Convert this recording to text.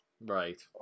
Right